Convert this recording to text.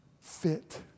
fit